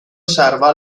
serva